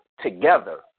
together